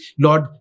Lord